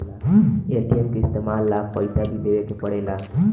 ATM के इस्तमाल ला पइसा भी देवे के पड़ेला